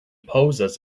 poses